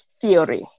theory